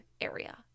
area